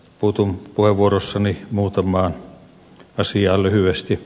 puutun puheenvuorossani muutamaan asiaan lyhyesti